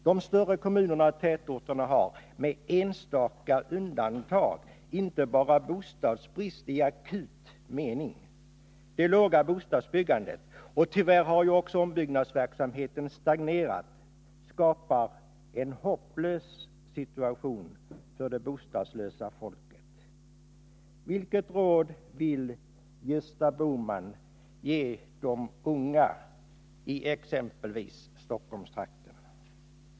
De större kommunerna och tätorterna har, med enstaka undantag, inte bara bostadsbrist i akut mening. Det låga bostadsbyggandet — och tyvärr har också ombyggnadsverksamheten stagnerat — skapar en hopplös situation för det bostadslösa folket. Vilket råd vill Gösta Bohman ge de unga i exempelvis Stockholmstrakten?